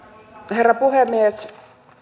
herra puhemies